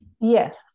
Yes